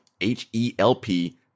H-E-L-P